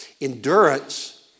Endurance